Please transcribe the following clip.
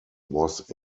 was